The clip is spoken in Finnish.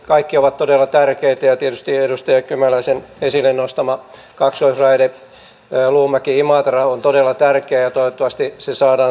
kaikki ovat todella tärkeitä ja tietysti edustaja kymäläisen esille nostama kaksoisraide luumäkiimatra on todella tärkeä ja toivottavasti se saadaan toteutettua